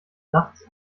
nachts